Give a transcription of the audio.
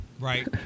right